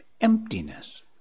emptiness